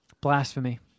Blasphemy